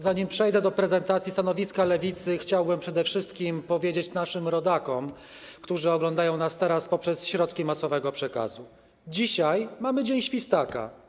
Zanim przejdę do prezentacji stanowiska Lewicy, chciałbym przede wszystkim powiedzieć naszym rodakom, którzy oglądają nas teraz poprzez środki masowego przekazu, że dzisiaj mamy dzień świstaka.